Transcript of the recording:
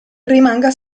rimanga